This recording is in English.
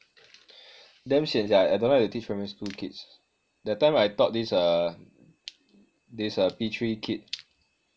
damn sian sia I don't like to teach primary school kids that time I taught this uh this P three kid